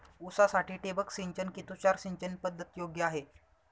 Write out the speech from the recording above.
ऊसासाठी ठिबक सिंचन कि तुषार सिंचन पद्धत योग्य आहे?